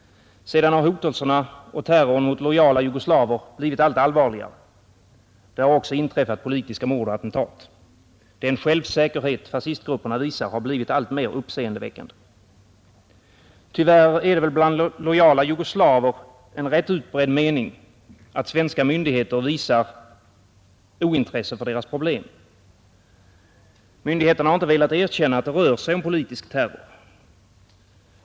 Sedan har hotelserna och terrorn mot lojala jugoslaver blivit allt allvarligare. Det har också inträffat politiska mord och attentat. Den självsäkerhet fascistgrupperna visar har blivit alltmer uppseendeväckande. Tyvärr är det bland lojala jugoslaver en rätt utbredd mening att svenska myndigheter är ointresserade för deras problem. Myndigheterna har inte velat erkänna att det rör sig om politisk terror.